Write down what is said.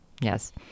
yes